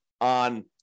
on